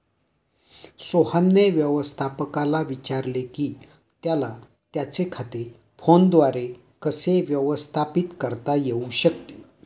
सोहनने व्यवस्थापकाला विचारले की त्याला त्याचे खाते फोनद्वारे कसे व्यवस्थापित करता येऊ शकते